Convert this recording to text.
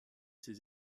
ses